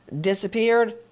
disappeared